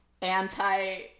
anti